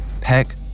Peck